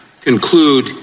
conclude